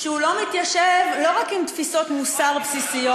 שהוא לא מתיישב לא רק עם תפיסות מוסר בסיסיות,